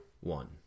one